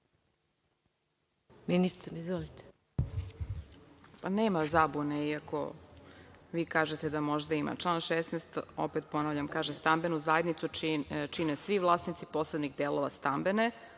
Mihajlović** Nema zabune iako vi kažete da možda ima. Član 16, opet ponavljam, kaže – stambenu zajednicu čine svi vlasnici poslovnih delova stambene,